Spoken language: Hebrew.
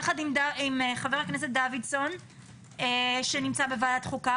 יחד עם חבר הכנסת דוידסון שנמצא בוועדת חוקה,